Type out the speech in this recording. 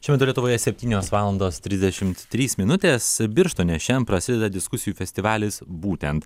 šiuo metu lietuvoje septynios valandos trisdešimt trys minutės birštone šiandien prasideda diskusijų festivalis būtent